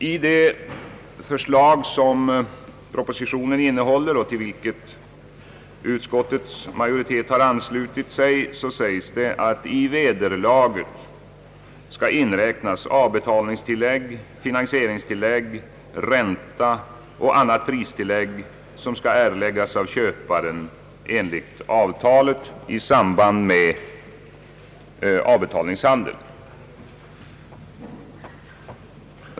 I propositionens förslag, till vilket utskottsmajoriteten har anslutit sig, sägs: »I vederlaget skall inräknas av Ang. mervärdeskatt betalningstillägg, = finansieringstillägg, ränta och annat pristillägg som skall erläggas av köparen enligt avtalet», dvs. i samband med avbetalningshandel.